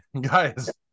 guys